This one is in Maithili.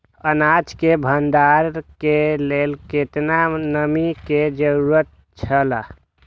अनाज के भण्डार के लेल केतना नमि के जरूरत छला?